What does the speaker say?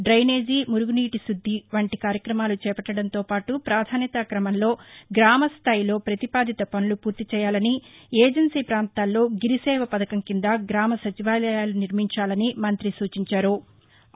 drainage మురుగు నీటిశుద్ది వంటి కార్యక్రమాలు చేపట్లటంతో పాటు ప్రాధాన్యతా క్రమంలో గ్రామ స్థాయిలో ప్రపతిపాదిత పనులు ఫూర్తి చేయ్యాలని ఏజెన్సీ ప్రాంతాల్లో గిరిసేవ పథకం క్రింద గ్రామ సచివాలయాలు నిర్మించాలని మంతి సూచించారు